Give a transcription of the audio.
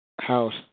House